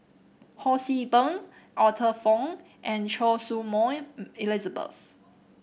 Ho See Beng Arthur Fong and Choy Su Moi Elizabeth